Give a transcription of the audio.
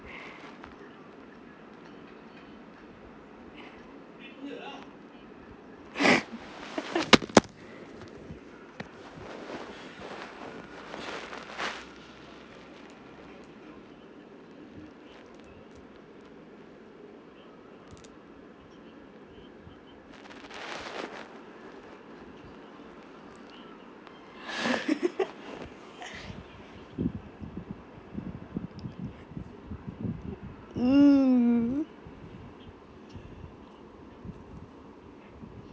mm